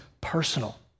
personal